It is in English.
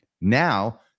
now